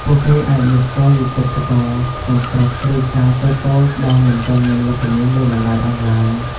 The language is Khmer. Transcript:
ពួកគេអាចនឹងស្គាល់វិចិត្រករក្នុងស្រុក ឬសាលតូចៗដែលមិនទាន់មានវត្តមានលើបណ្តាញអនឡាញ។